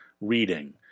reading